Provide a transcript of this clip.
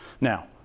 Now